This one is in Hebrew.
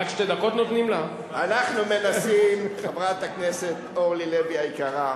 אנחנו מנסים, חברת הכנסת אורלי לוי אבקסיס,